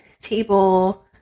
table